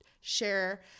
share